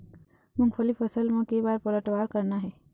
मूंगफली फसल म के बार पलटवार करना हे?